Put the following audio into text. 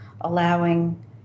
Allowing